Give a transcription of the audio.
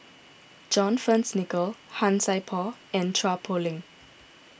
John Fearns Nicoll Han Sai Por and Chua Poh Leng